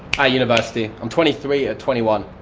ah university. i'm twenty three, at twenty one,